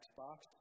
Xbox